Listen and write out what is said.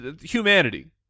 humanity